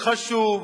חשוב,